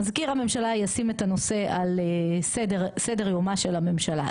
מזכיר הממשלה ישים את הנושא על סדר יומה של הממשלה,